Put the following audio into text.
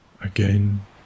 Again